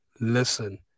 listen